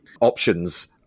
options